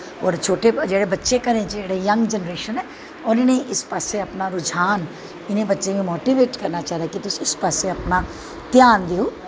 और शोटे जेह्ड़े बच्चे घरें च जंग जनरेशन ऐ उनेंगी इस पास्से अपना रुझान इनें बच्चें गी मोटिवेट करनां चाही दा कि तुस इस पास्सै अपनां ध्यान देओ और तुस